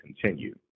continue